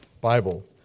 Bible